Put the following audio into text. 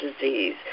disease